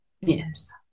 Yes